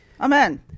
Amen